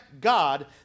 God